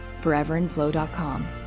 foreverinflow.com